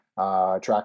Track